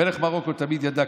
מלך מרוקו תמיד ידע,